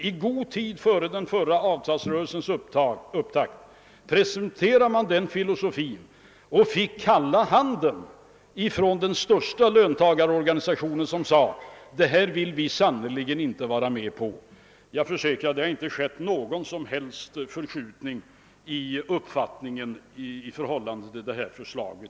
I god tid före den förra avtalsrörelsens upptakt presenterade man den filosofin, men den största löntagarorganisa tionen visade kalla handen och sade att den sannerligen inte ville vara med på någonting sådant. Jag kan försäkra att det inte har skett någon som helst förskjutning fram till i dag i uppfatiningen om sådana förslag.